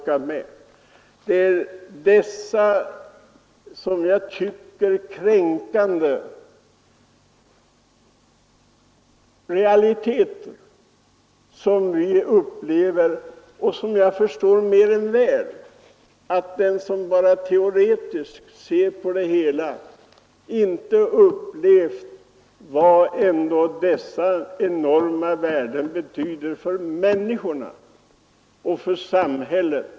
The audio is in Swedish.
Vi upplever dessa som jag tycker kränkande realiteter. Jag förstår mer än väl att den som bara teoretiskt betraktar det hela inte inser vad dessa enorma värden betyder för människorna och för samhället.